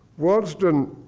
waddesdon,